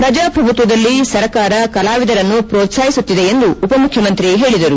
ಪ್ರಜಾಪ್ರಭುತ್ವದಲ್ಲಿ ಸರ್ಕಾರ ಕಲಾವಿದರನ್ನು ಪ್ರೋತ್ಸಾಹಿಸುತ್ತಿದೆ ಎಂದು ಉಪಮುಖ್ಯಮಂತ್ರಿ ಹೇಳಿದರು